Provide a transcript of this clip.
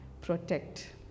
protect